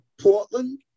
Portland